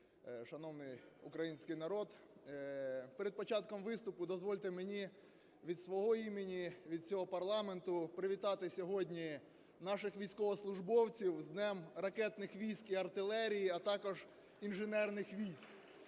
шановний український народ! Перед початком виступу дозвольте мені від свого імені, від всього парламенту привітати сьогодні наший військовослужбовців з Днем ракетних військ і артилерії, а також інженерних військ.